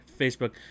Facebook